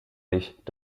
nicht